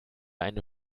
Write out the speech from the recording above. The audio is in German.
eine